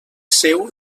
seu